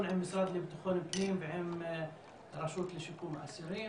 עם המשרד לבטחון פנים ועם הרשות לשיקום האסיר.